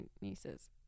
nieces